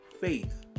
faith